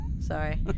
Sorry